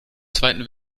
zweiten